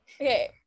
Okay